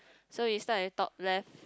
so we start with top left